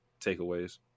takeaways